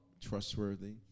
trustworthy